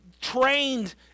trained